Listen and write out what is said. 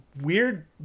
weird